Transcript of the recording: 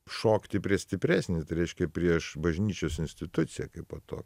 šokti prieš stipresnį tai reiškia prieš bažnyčios instituciją kaipo tokią